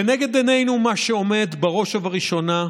לנגד עינינו מה שעומד בראש ובראשונה,